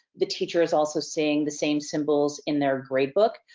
the teacher is also seeing the same symbols in their gradebook.